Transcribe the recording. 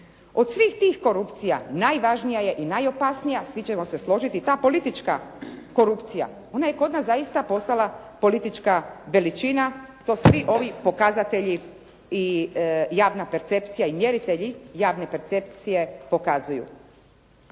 Od svih tih korupcija najvažnija je i najopasnija, svi ćemo se složiti ta politička korupcija. Ona je kod nas zaista postala politička veličina. To svi ovi pokazatelji i javna percepcija i mjeritelji javne percepcije pokazuju.